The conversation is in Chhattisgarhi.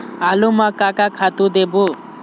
आलू म का का खातू देबो?